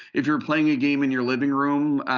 if you're playing a game in your living room,